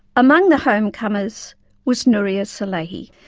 among the home-comers was nouria salehi.